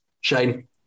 Shane